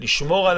לא עזר כלום,